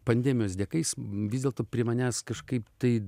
pandemijos dėka jis vis dėlto prie manęs kažkaip tai